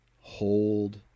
hold